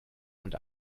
und